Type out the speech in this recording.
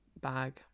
bag